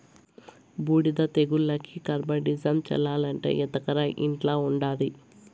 బూడిద తెగులుకి కార్బండిజమ్ చల్లాలట ఎత్తకరా ఇంట్ల ఉండాది